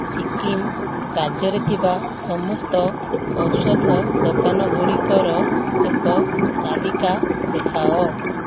ସିକିମ୍ ରାଜ୍ୟରେ ଥିବା ସମସ୍ତ ଔଷଧ ଦୋକାନଗୁଡ଼ିକର ଏକ ତାଲିକା ଦେଖାଅ